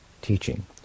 teaching